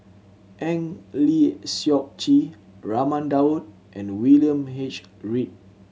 Eng Lee Seok Chee Raman Daud and William H Read